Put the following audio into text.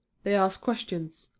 they ask questions.